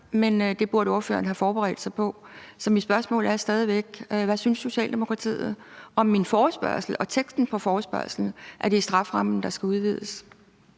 men det burde ordføreren have forberedt sig på. Så mit spørgsmål er stadig væk: Hvad synes Socialdemokratiet om min forespørgsel og teksten på forespørgslen, altså at det er strafferammen, der skal udvides?